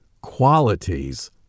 Qualities